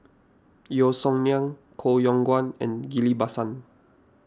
Yeo Song Nian Koh Yong Guan and Ghillie Basan